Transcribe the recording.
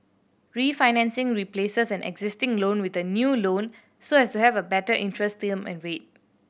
refinancing replaces an existing loan with a new loan so as to have a better interest term and rate